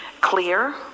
clear